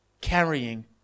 carrying